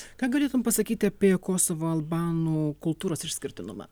ką galėtum pasakyti apie kosovo albanų kultūros išskirtinumą